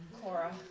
Cora